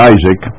Isaac